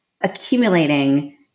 accumulating